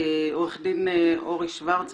עורך דין אורי שוורץ,